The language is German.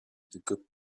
ägypten